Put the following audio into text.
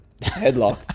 headlock